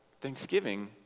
thanksgiving